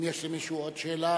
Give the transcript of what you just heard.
אם יש למישהו עוד שאלה,